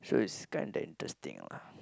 so it's kind of interesting lah